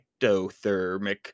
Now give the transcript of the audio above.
ectothermic